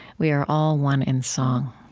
we are all one in song.